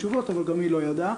אבל גם היא לא ידעה,